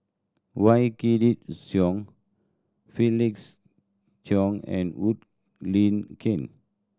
Wykidd Song Felix Cheong and Wood Lin Ken